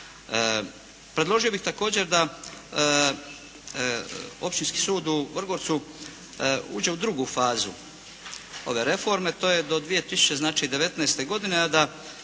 Predložio bih također da Općinski sud u Vrgorcu uđe u drugu fazu reforme, to je znači do 2019. godine,